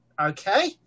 Okay